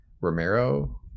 Romero